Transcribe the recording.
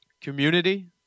community